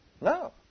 No